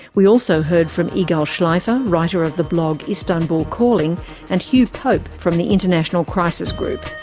we also heard from yigal schleifer, writer of the blog istanbul calling and hugh pope from the international crisis group.